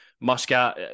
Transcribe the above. Muscat